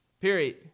Period